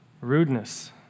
rudeness